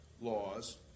laws